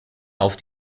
auf